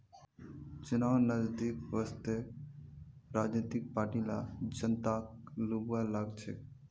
चुनाव नजदीक वस त राजनीतिक पार्टि ला जनताक लुभव्वा लाग छेक